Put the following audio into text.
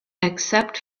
except